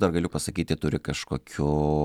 dar galiu pasakyti turi kažkokių